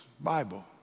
Bible